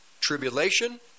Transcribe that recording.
tribulation